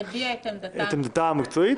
מביע אתת עמדתה --- את עמדתה המקצועית.